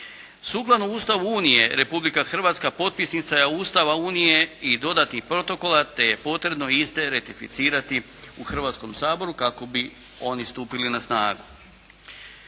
Sukladno Ustavu Unije Republika Hrvatska potpisnica je Ustava Unije i dodatnih protokola, te je potrebno iste ratificirati u Hrvatskom saboru, kako bi oni stupili na snagu.